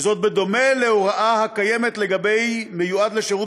וזאת בדומה להוראה הקיימת לגבי מיועד לשירות